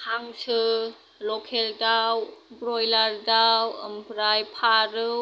हांसो लखेल दाव ब्रयलार दाव ओमफ्राय फारौ